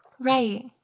Right